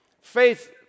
Faith